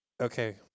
Okay